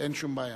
אין שום בעיה.